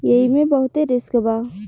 एईमे बहुते रिस्क बा